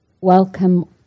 welcome